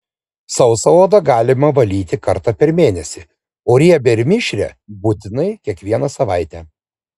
sausą odą galima valyti kartą per mėnesį o riebią ir mišrią būtinai kiekvieną savaitę